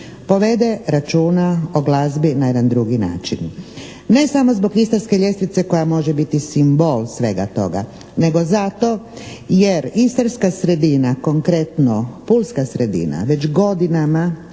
povede računa o glazbi na jedan drugi način, ne samo zbog istarske ljestvice koja može biti simbol svega toga nego zato jer istarska sredina konkretno pulska sredina već godinama